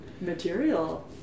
material